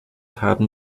haben